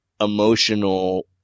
emotional